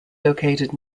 located